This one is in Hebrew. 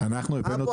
אבו,